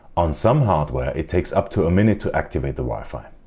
on some hardware it takes up to a minute to activate the wifi.